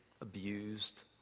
abused